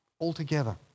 Altogether